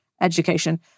education